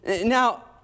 Now